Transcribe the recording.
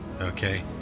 Okay